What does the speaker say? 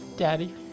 Daddy